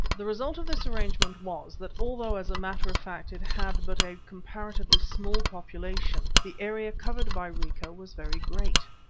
the result of this arrangement was that although as a matter of fact it had but a comparatively small population, the area covered by rica was very great.